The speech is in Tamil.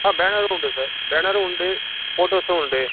ஆ பேனரும் உண்டு சார் பேனரும் உண்டு ஃபோட்டோஸும் உண்டு